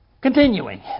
Continuing